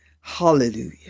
Hallelujah